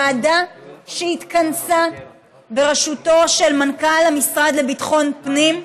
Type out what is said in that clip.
הוועדה שהתכנסה בראשותו של מנכ"ל המשרד לביטחון הפנים,